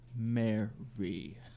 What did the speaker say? Mary